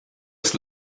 ist